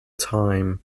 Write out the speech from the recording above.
time